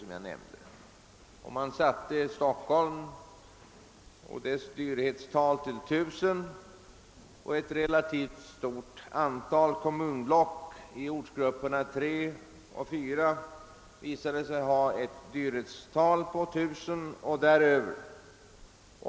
Man satte Stockholms dyrhetstal till 1 000. Ett relativt stort antal kommunblock i ortsgrupperna 3 och 4 visade sig ha ett dyrhetstal på 19000 och däröver.